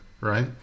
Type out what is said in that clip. right